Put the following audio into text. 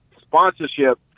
sponsorship